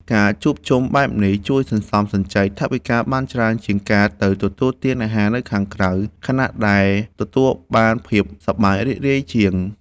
ការជួបជុំបែបនេះជួយសន្សំសំចៃថវិកាបានច្រើនជាងការទៅទទួលទានអាហារនៅខាងក្រៅ ខណៈដែលទទួលបានភាពសប្បាយរីករាយជាង។